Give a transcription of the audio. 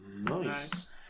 Nice